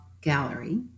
gallery